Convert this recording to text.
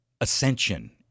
ascension